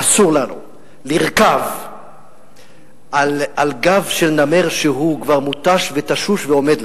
אסור לנו לרכוב על גב של נמר שהוא כבר מותש ותשוש ועומד,